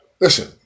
Listen